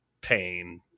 pain